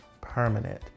permanent